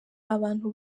abantu